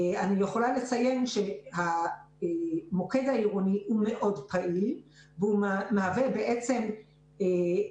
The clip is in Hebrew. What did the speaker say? אני יכולה לציין שהמוקד העירוני הוא מאוד פעיל והוא מהווה את